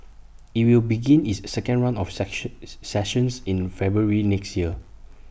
IT will begin its second run of sections sessions in February next year